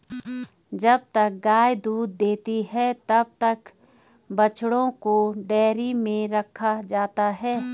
जब तक गाय दूध देती है तब तक बछड़ों को डेयरी में रखा जाता है